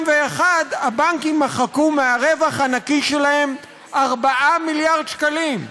הבנקים מחקו מהרווח הנקי שלהם 4 מיליארד שקלים,